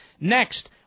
Next